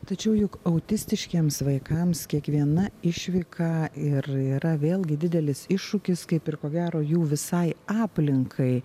tačiau juk autistiškiems vaikams kiekviena išvyka ir yra vėlgi didelis iššūkis kaip ir ko gero jų visai aplinkai